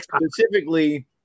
specifically